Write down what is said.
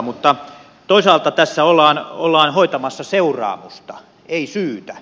mutta toisaalta tässä ollaan hoitamassa seuraamusta ei syytä